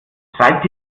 treibt